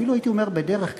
אפילו הייתי אומר: בדרך כלל,